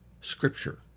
Scripture